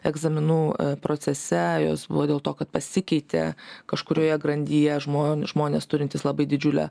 egzaminų procese jos buvo dėl to kad pasikeitė kažkurioje grandyje žmonės žmonės turintys labai didžiulę